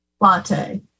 latte